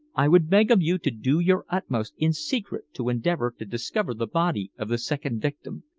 i would beg of you to do your utmost in secret to endeavor to discover the body of the second victim.